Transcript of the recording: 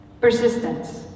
Persistence